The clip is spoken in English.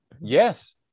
Yes